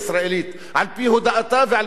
על-פי הודאתה ועל-פי משפטה,